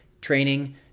training